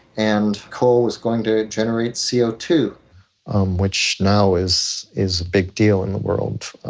and coal was going to generate c o two which now is is a big deal in the world.